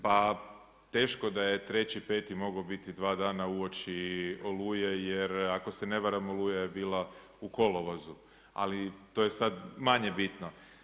Pa teško da je 3.5. mogao biti dva dana uoči Oluje jer ako se ne varam Oluja je bila u kolovozu, ali to je sada manje bitno.